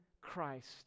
Christ